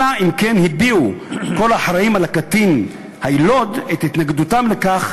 אלא אם כן הביעו כל האחראים על הקטין היילוד את התנגדותם לכך,